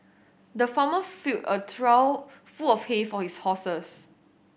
the farmer filled a trough full of hay for his horses